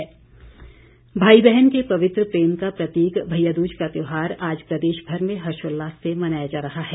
भैयादूज भाई बहन के पवित्र प्रेम का प्रतीक भैया दूज का त्यौहार आज प्रदेश भर में हर्षोल्लास से मनाया जा रहा है